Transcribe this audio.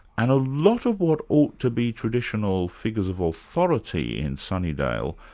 and a lot of what ought to be traditional figures of authority in sunnydale,